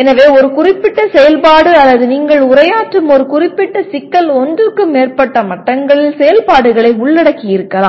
எனவே ஒரு குறிப்பிட்ட செயல்பாடு அல்லது நீங்கள் உரையாற்றும் ஒரு குறிப்பிட்ட சிக்கல் ஒன்றுக்கு மேற்பட்ட மட்டங்களில் செயல்பாடுகளை உள்ளடக்கியிருக்கலாம்